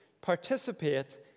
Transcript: participate